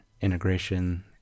integration